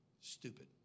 Stupid